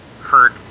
hurt